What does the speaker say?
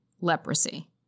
leprosy